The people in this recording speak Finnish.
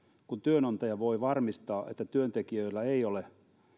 kun työnantaja voi varmistaa että työntekijöillä ei ole